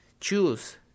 choose